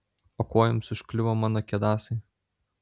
o kuo jums užkliuvo mano kedasai